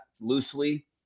loosely